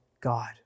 God